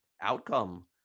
outcome